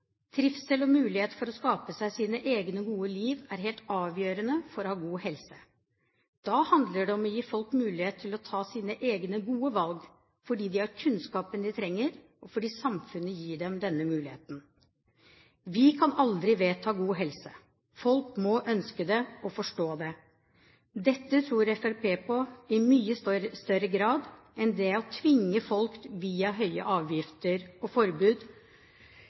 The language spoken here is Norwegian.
Trivsel og mulighet for å skape seg sine egne gode liv er helt avgjørende for å ha god helse. Da handler det om å gi folk mulighet til å ta sine egne gode valg, fordi de har kunnskapen de trenger, og fordi samfunnet gir dem denne muligheten. Vi kan aldri vedta god helse. Folk må ønske det og forstå det. Dette tror Fremskrittspartiet på i mye større grad enn det å tvinge folk via høye avgifter og forbud.